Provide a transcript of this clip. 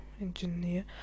engineer